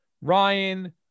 Ryan